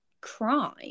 crime